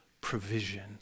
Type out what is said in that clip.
provision